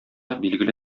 билгеле